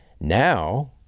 Now